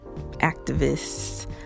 activists